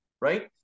Right